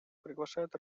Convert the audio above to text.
приглашают